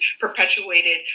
perpetuated